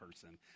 person